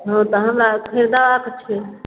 हाँ तऽ हमरा फैदाके छै